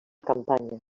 campanya